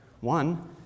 One